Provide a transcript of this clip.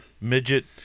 Midget